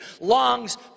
longs